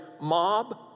mob